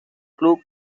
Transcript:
club